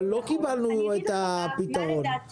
אבל לא הוצע לנו הפתרון הזה.